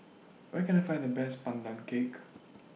Where Can I Find The Best Pandan Cake